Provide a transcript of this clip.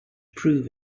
prove